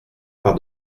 par